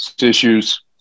issues